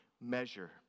measure